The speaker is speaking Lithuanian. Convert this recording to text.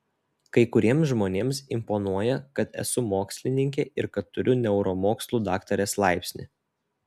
kai kuriems žmonėms imponuoja kad esu mokslininkė ir kad turiu neuromokslų daktarės laipsnį